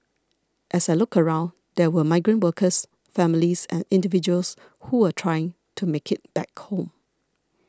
as I looked around there were migrant workers families and individuals who were trying to make it back home